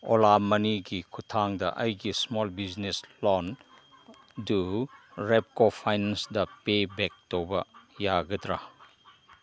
OLA ꯃꯅꯤꯒꯤ ꯈꯨꯊꯥꯡꯗ ꯑꯩꯒꯤ ꯏꯁꯃꯣꯜ ꯕꯤꯖꯤꯅꯦꯁ ꯂꯣꯟ ꯗꯨ ꯔꯦꯞꯀꯣ ꯐꯥꯏꯟꯗ ꯄꯦ ꯕꯦꯛ ꯇꯧꯕ ꯌꯥꯒꯗ꯭ꯔꯥ